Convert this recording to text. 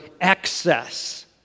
excess